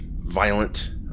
violent